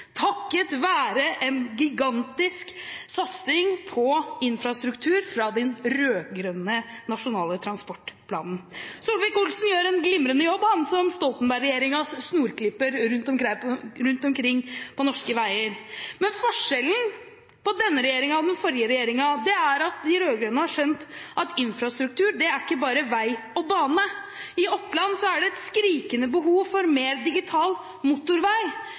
takket være en gigantisk satsing på infrastruktur fra den rød-grønne nasjonale transportplanen. Solvik-Olsen gjør en glimrende jobb som Stoltenberg-regjeringens snorklipper rundt omkring på norske veier, men forskjellen på denne regjeringen og den forrige regjeringen er at de rød-grønne har skjønt at infrastruktur er ikke bare vei og bane. I Oppland er det et skrikende behov for mer digital motorvei,